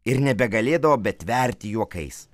ir nebegalėdavo tverti juokais